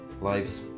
lives